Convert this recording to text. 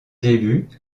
débuts